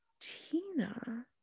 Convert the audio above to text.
tina